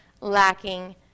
lacking